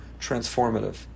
transformative